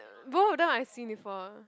both of them I seen before ah